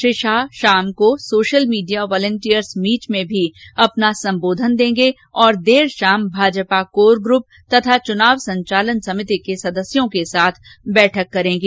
श्री शाह शाम को social media volunteers meet में भी अपना संबोधन देंगे और देर शाम भाजपा कोर ग्रुप तथा चुनाव संचालन समिति के सदस्यों के साथ बैठक करेंगे